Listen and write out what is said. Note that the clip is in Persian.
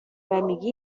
میگی